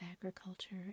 agriculture